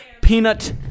Peanut